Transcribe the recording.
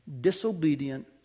disobedient